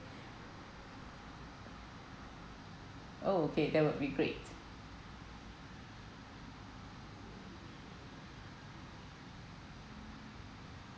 oh okay that will be great